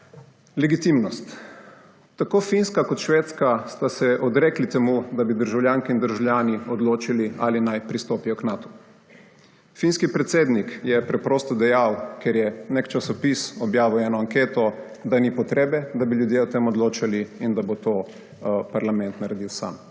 legitimnost. Tako Finska kot Švedska sta se odrekli temu, da bi državljanke in državljani odločili, ali naj pristopijo k Natu. Finski predsednik je preprosto dejal, ker je nek časopis objavil eno anketo, da ni potrebe, da bi ljudje o tem odločali, in da bo to parlament naredil sam.